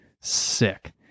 sick